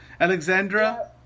Alexandra